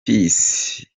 peace